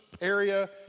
area